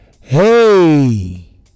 Hey